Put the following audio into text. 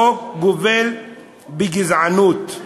חוק גובל בגזענות,